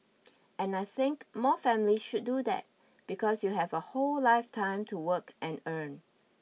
and I think more families should do that because you have a whole lifetime to work and earn